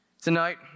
Tonight